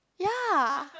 ya